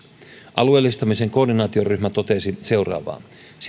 alueellistamisen koordinaatioryhmä totesi seuraavaa